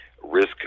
risk